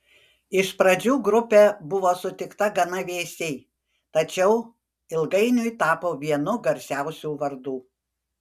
iš pradžių grupė buvo sutikta gana vėsiai tačiau ilgainiui tapo vienu garsiausių vardų